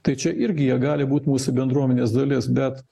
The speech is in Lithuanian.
tai čia irgi jie gali būt mūsų bendruomenės dalis bet